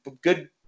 good